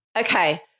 Okay